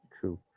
True